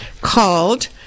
called